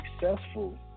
successful